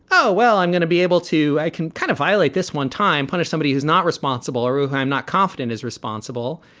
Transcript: oh, well, i'm going to be able to i can kind of highlight this one time, punish somebody who's not responsible or who who i'm not confident is responsible.